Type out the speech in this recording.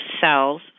cells